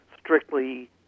strictly